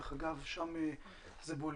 שם זה בולט.